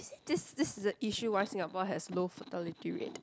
is this this is the issue why Singapore has low fertility rate